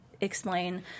explain